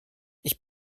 ich